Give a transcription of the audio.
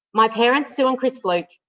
my parents, sue and chris fluke,